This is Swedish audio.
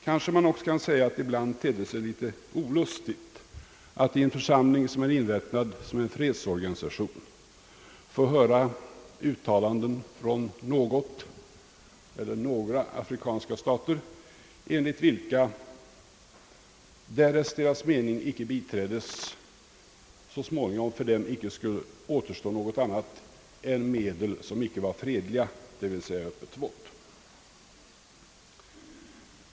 Kanske man också kan säga att det ibland tedde sig litet olustigt att i en församling, som är inrättad som en fredsorganisation, få höra uttalanden från någon eller några afrikanska stater att därest deras mening icke biträddes så skulle det för dem så småningom icke återstå något annat än medel som icke är fredliga, d.v.s. öppet våld.